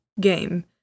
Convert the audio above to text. game